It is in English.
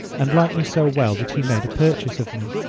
and liked me so well that he made a purchase of me.